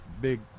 big